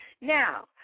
Now